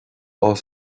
áthas